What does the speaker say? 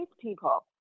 people